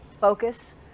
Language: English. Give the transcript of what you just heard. focus